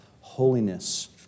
Holiness